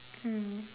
mm